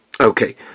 Okay